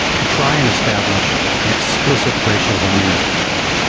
to try and establish an explicit racial zoning ordinance.